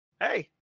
hey